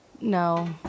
No